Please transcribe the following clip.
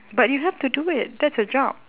but you have to do it that's your job